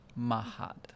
mahad